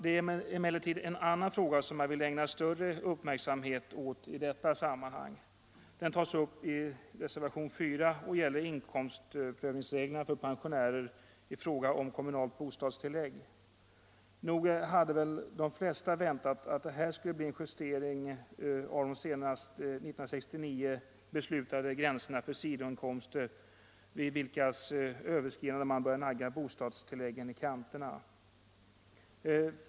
Det är emellertid en annan fråga som jag i detta sammanhang vill ägna större uppmärksamhet åt. Den tas upp i reservationen 4 och gäller inkomstprövningsreglerna för pensionärerna i fråga om kommunalt bostadstillägg. Nog hade väl de flesta väntat att det här skulle bli en justering av de senast 1969 beslutade gränserna för sidoinkomster, vid vilkas överskridande man börjar nagga bostadstilläggen i kanterna.